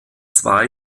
zwei